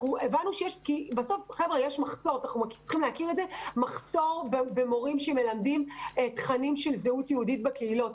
בסוף יש מחסור במורים שמלמדים תכנים של זהות יהודית בקהילות,